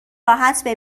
راحت